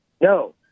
No